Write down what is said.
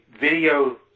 video